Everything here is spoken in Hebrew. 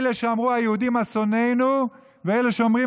אלה שאמרו: היהודים אסוננו ואלה שאומרים